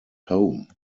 home